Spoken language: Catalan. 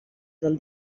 del